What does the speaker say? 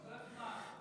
כל הזמן.